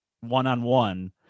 one-on-one